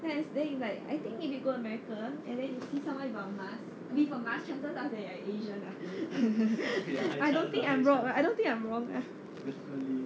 then then he's like I think if you go america and then you see someone with a mask with a mask chances are they're asian ah I don't think I'm I don't think I'm wrong ah